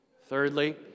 Thirdly